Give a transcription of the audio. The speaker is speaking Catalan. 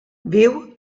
viu